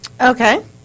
Okay